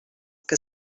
que